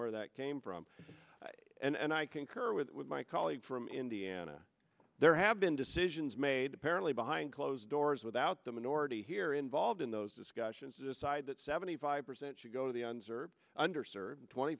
where that came from and i concur with my colleague from indiana there have been decisions made apparently behind closed doors without the minority here involved in those discussions decide that seventy five percent should go to the ends or under served twenty